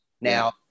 Now